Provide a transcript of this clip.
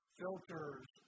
filters